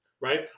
Right